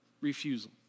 Refusal